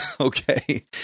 Okay